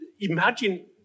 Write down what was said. imagine